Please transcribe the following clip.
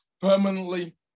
permanently